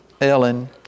Ellen